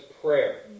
prayer